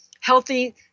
healthy